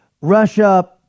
Russia